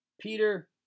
Peter